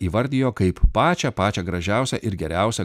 įvardijo kaip pačią pačią gražiausią ir geriausią